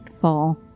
fall